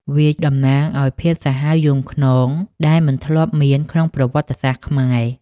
វាតំណាងឱ្យភាពសាហាវយង់ឃ្នង ដែលមិនធ្លាប់មានក្នុងប្រវត្តិសាស្ត្រខ្មែរ។